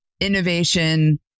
innovation